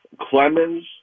Clemens